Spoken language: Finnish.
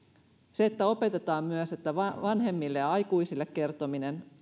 opetetaan myös että vanhemmille ja aikuisille kertominen